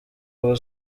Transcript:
ubu